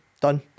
Done